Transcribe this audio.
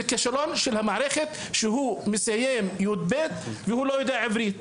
זה כישלון של המערכת שהוא מסיים י"ב ולא יודע עברית.